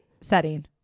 setting